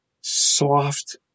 soft